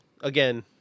Again